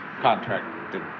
contracted